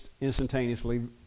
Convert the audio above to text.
instantaneously